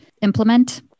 implement